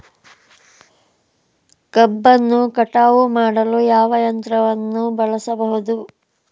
ಕಬ್ಬನ್ನು ಕಟಾವು ಮಾಡಲು ಯಾವ ಯಂತ್ರವನ್ನು ಬಳಸಬಹುದು?